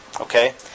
Okay